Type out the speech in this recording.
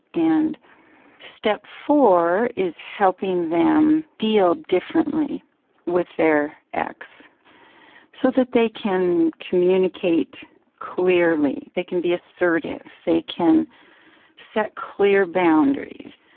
and step four is helping them deal differently with their ex so that they can communicate clearly, they can be assertive, they can set clear boundaries.